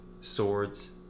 swords